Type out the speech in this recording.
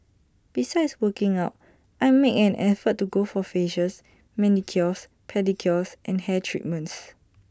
besides working out I make an effort to go for facials manicures pedicures and hair treatments